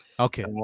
Okay